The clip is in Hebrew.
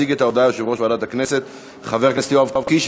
יציג את ההצעה יושב-ראש ועדת הכנסת חבר הכנסת יואב קיש,